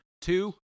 Two